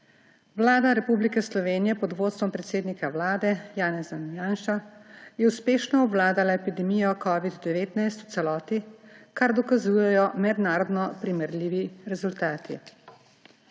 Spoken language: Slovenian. Vlada Republike Slovenije pod vodstvom predsednika Vlade Janeza Janše je uspešno obvladala epidemijo covida-19 v celoti, kar dokazujejo mednarodno primerljivi rezultati.